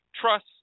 trust